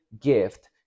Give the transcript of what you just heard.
gift